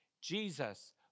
Jesus